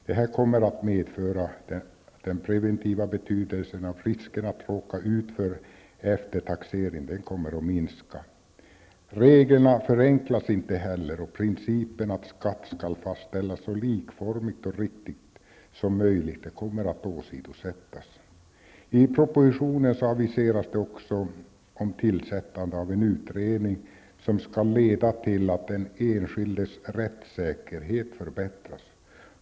Det här kommer att medföra att den preventiva betydelsen av risken att råka ut för eftertaxering minskar. Reglerna förenklas inte heller, och principen att skatt skall fastställas så likformigt och riktigt som möjligt kommer att åsidosättas. I propositionen aviseras det också om tillsättande av utredning som skall leda till att den enskildes rättssäkerhet förbättras.